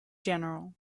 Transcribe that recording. general